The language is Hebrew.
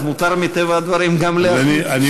אז מותר מטבע הדברים גם להחמיא.